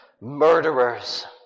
murderers